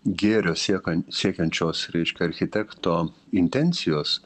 gėrio siekan siekiančios reiškia architekto intencijos